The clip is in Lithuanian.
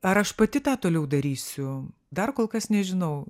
ar aš pati tą toliau darysiu dar kol kas nežinau